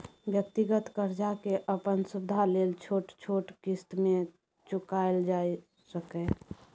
व्यक्तिगत कर्जा के अपन सुविधा लेल छोट छोट क़िस्त में चुकायल जाइ सकेए